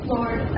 Lord